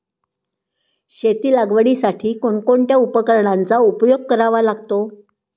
शेती लागवडीसाठी कोणकोणत्या उपकरणांचा उपयोग करावा लागतो?